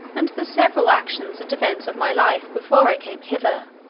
and the several actions and events of my life, before i came hither.